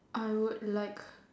I would like